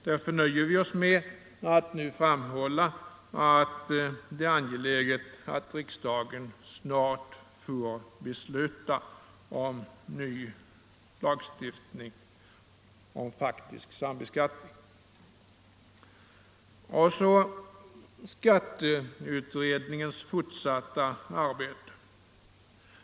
Därför nöjer vi oss med att framhålla att det är angeläget att riksdagen snart får tillfälle att fatta ett beslut om en ny lagstiftning om faktisk sambeskattning. Jag vill så ta upp skatteutredningens fortsatta arbete.